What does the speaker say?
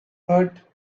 heart